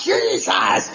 Jesus